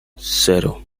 cero